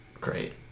great